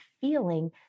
feeling